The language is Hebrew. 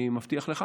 אני מבטיח לך,